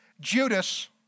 Judas